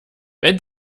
wenn